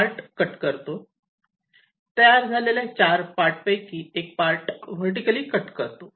तयार झालेल्या चार पार्ट पैकी एक पार्ट वर्टीकली कट करतो